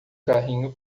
carrinho